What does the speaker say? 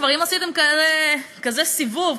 אם עשיתם כזה סיבוב,